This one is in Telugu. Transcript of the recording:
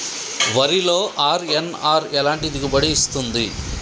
వరిలో అర్.ఎన్.ఆర్ ఎలాంటి దిగుబడి ఇస్తుంది?